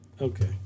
Okay